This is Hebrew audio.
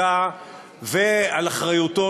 בבקשה, אדוני, עד עשר דקות לרשותך.